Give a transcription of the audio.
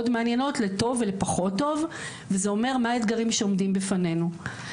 מעניינות לטוב ולפחות טוב וזה אומר מה האתגרים שעומדים בפנינו.